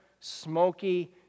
smoky